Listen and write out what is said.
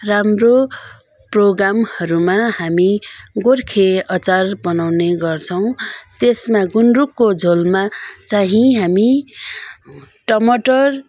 राम्रो प्रोग्रामहरूमा हामी गोर्खे अचार बनाउने गर्छौँ त्यसमा गुन्द्रुकको झोलमा चाहिँ हामी टमाटर